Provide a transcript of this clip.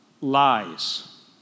lies